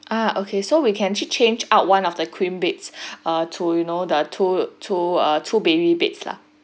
ah okay so we can actually change out one of the queen beds err to you know the two two err two baby beds lah